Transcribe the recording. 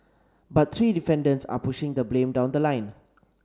but three defendants are pushing the blame down the line